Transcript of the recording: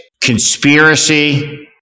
conspiracy